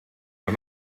non